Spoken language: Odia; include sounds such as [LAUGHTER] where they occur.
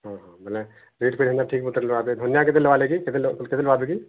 ହଁ ହଁ ମାନେ ରେଟ୍ ପତ୍ର [UNINTELLIGIBLE] ଧନିଆ କେତେ ଲବା ଲେଗି କେତେ ଲବା ଲେଗି